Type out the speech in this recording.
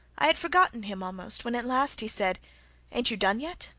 i had forgotten him almost, when at last he said ain't you done yet